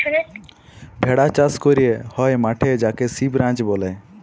ভেড়া চাস ক্যরা হ্যয় মাঠে যাকে সিপ রাঞ্চ ব্যলে